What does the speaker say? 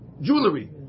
jewelry